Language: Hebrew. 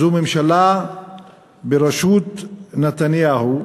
זו ממשלה בראשות נתניהו,